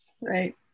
Right